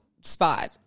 spot